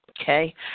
Okay